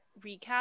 recap